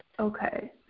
Okay